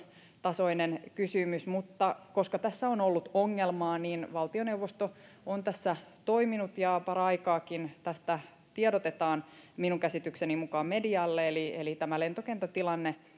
tasoinen kysymys mutta koska tässä on ollut ongelmaa valtioneuvosto on tässä toiminut ja paraikaakin tästä minun käsitykseni mukaan tiedotetaan medialle eli eli tämä lentokentän tilanne